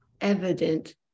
evident